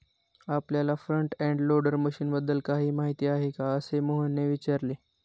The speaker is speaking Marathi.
आपल्याला फ्रंट एंड लोडर मशीनबद्दल काही माहिती आहे का, असे मोहनने विचारले?